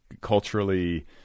culturally